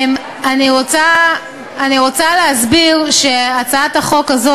אני רוצה להסביר שהצעת החוק הזו,